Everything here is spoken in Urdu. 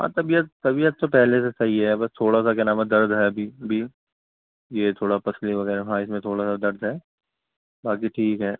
ہاں طبیعت طبیعت تو پہلے سے صحیح ہے بس تھوڑا سا کیا نام ہے درد ہے ابھی بی یہ تھوڑا پسلی وغیرہ ہاں اس میں تھوڑا سا درد ہے باقی ٹھیک ہے